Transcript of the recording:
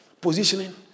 positioning